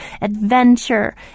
adventure